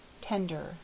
Tender